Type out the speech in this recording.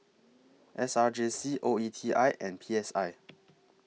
S R J C O E T I and P S I